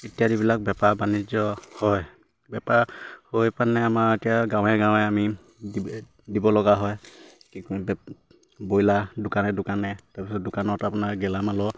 ইত্যাদিবিলাক বেপাৰ বাণিজ্য হয় বেপাৰ হৈ পেনে আমাৰ এতিয়া গাঁৱে গাঁৱে আমি দিব লগা হয় কি কয় ব্ৰইলাৰ দোকানে দোকানে তাৰপিছত দোকানত আপোনাৰ গেলামালৰ